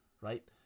right